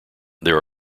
there